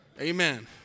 Amen